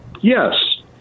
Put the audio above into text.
Yes